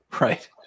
right